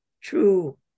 true